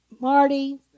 Marty